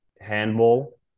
handball